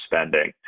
spending